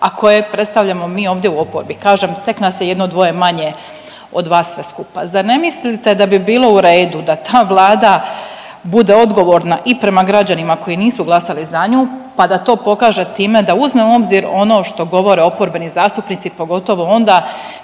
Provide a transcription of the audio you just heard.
a koje predstavljamo mi ovdje u oporbi. Kažem, tek nas je jedno, dvoje manje od vas sve skupa. Zar ne mislite da bi bilo u redu da ta vlada bude odgovorna i prema građanima koji nisu glasali za nju pa da to pokaže time da uzme u obzir ono što govore oporbeni zastupnici, pogotovo onda